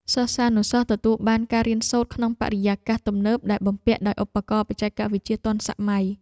សិស្សានុសិស្សទទួលបានការរៀនសូត្រក្នុងបរិយាកាសទំនើបដែលបំពាក់ដោយឧបករណ៍បច្ចេកវិទ្យាទាន់សម័យ។